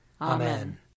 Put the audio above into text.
Amen